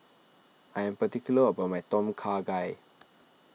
I am particular about my Tom Kha Gai